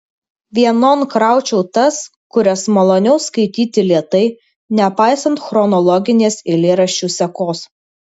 vienon kraučiau tas kurias maloniau skaityti lėtai nepaisant chronologinės eilėraščių sekos